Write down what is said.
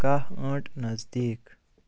کانٛہہ ٲنٛٹ نٔزدیٖک